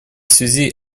связи